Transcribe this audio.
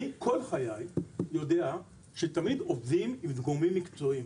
אני כל חיי יודע שתמיד עובדים עם גורמים מקצועיים,